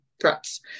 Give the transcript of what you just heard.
threats